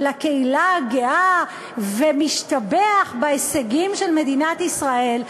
לקהילה הגאה ומשתבח בהישגים של מדינת ישראל,